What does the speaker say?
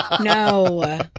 No